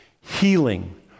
healing